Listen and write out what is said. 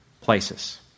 places